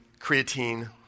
creatine